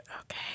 Okay